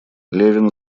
левин